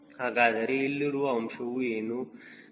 ಹಾಗಾದರೆ ಇಲ್ಲಿರುವ ಅಂಶವು ಏನು